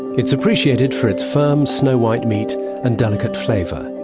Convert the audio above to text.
it's appreciated for its firm snow-white meat and delicate flavour.